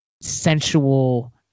sensual